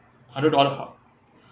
hundred dollar up